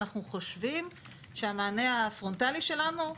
אנחנו חושבים שהמענה הפרונטלי שלנו,